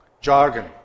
jargon